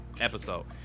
episode